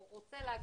או רוצה להגיע,